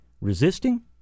resisting